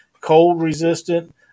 cold-resistant